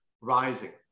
rising